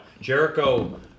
Jericho